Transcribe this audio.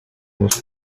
most